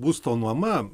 būsto nuoma